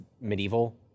medieval